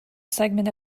segment